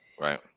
Right